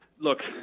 Look